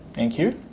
thank you.